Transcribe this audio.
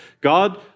God